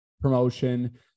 promotion